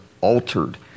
altered